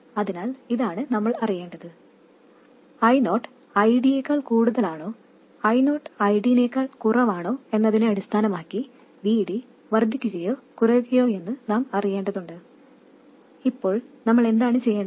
അതിനാൽ ഇതാണ് നമ്മൾ അറിയേണ്ടത് I0 ID യേക്കാൾ കൂടുതലാണോ I0 ID നേക്കാൾ കുറവണോ എന്നതിനെ അടിസ്ഥാനമാക്കി VD വർദ്ധിക്കുകയോ കുറയുകയോയെന്ന് നാം അറിയേണ്ടതുണ്ട് ഇപ്പോൾ നമ്മൾ എന്താണ് ചെയ്യേണ്ടത്